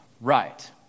right